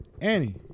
Annie